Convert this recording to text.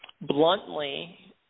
bluntly